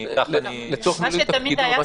מה שתמיד היה,